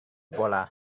bola